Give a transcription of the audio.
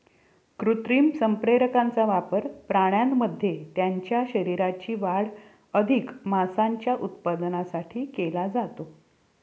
कृत्रिम संप्रेरकांचा वापर प्राण्यांमध्ये त्यांच्या शरीराची वाढ अधिक मांसाच्या उत्पादनासाठी केला जातो